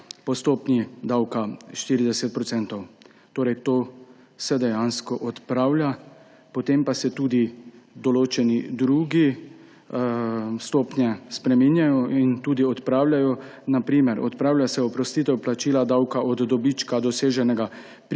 po stopnji davka 40 %. Torej, to se dejansko odpravlja. Potem pa se tudi določene druge stopnje spreminjajo in tudi odpravljajo. Odpravlja se na primer oprostitev plačila davka od dobička, doseženega pri